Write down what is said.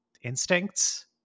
instincts